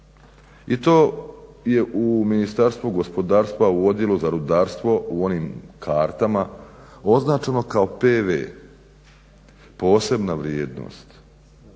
i to je u Ministarstvu gospodarstva vodilja za rudarstvo u onim kartama označeno kao pv, posebna vrijednost.